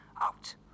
Out